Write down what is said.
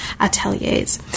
Ateliers